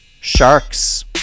Sharks